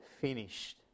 finished